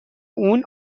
اون